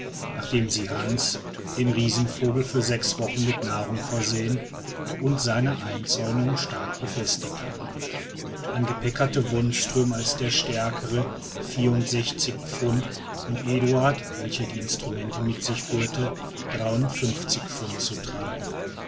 nachdem sie hans den riesenvogel für sechs wochen mit nahrung versehen und seine einzäunung stark befestigt hatten an gepäck hatte wonström als der stärkere vierundsechzig pfund und eduard welcher die instrumente mit sich führte dreiundfünfzig pfund zu tragen